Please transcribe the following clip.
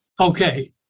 Okay